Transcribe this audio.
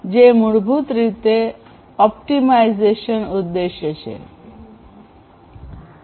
જે મૂળભૂત રીતે ઓપ્ટિમાઇઝેશન ઉદ્દેશ છે